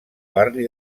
barri